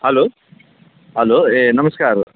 hello hello ए नमस्कार